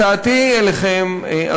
הצעתי אליכם,